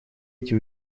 эти